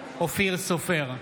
נגד אופיר סופר,